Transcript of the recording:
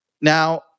Now